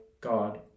God